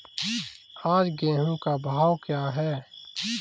आज गेहूँ का भाव क्या है?